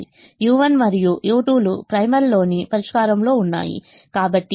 u1 మరియు u2 లుప్రైమల్లోని పరిష్కారంలో ఉన్నాయి కాబట్టి Y1 మరియు Y2 అనేవి 0